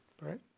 Right